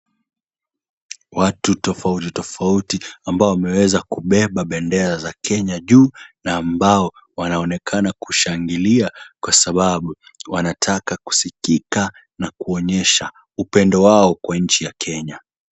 Watu tofauti tofauti ambao wameweza kubeba bendera za Kenya juu na ambao wanaonekana kushangilia, kwa sababu wanataka kusikika na kuonyesha upendo wao kwa nchi ya Kenya.